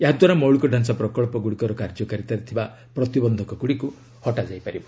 ଏହାଦ୍ୱାରା ମୌଳିକ ଢାଞ୍ଚା ପ୍ରକଳ୍ପଗୁଡ଼ିକର କାର୍ଯ୍ୟକାରିତାରେ ଥିବା ପ୍ରତିବନ୍ଧକଗୁଡ଼ିକୁ ହଟାଯାଇ ପାରିବ